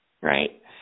right